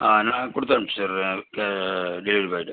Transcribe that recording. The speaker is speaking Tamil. நான் கொடுத்து அமுச்சுட்றேன் டெலிவரி பாய்கிட்ட